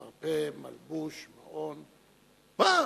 מרפא, מלבוש, מעון, מורה,